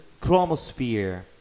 chromosphere